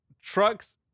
trucks